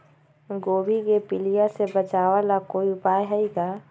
गोभी के पीलिया से बचाव ला कोई उपाय है का?